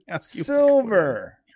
Silver